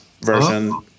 version